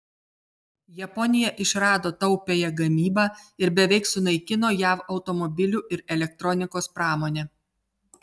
japonija išrado taupiąją gamybą ir beveik sunaikino jav automobilių ir elektronikos pramonę